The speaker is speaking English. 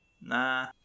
Nah